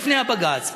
לפני בג"ץ?